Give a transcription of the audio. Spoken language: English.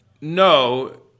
no